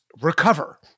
recover